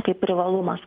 kaip privalumas